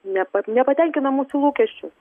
nepat nepatenkino mūsų lūkesčių